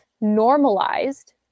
normalized